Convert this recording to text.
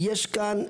יש כאן,